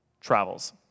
travels